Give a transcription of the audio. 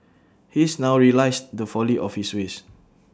he's now realised the folly of his ways